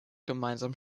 gemeinsam